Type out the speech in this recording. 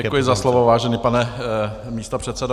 Děkuji za slovo, vážený pane místopředsedo.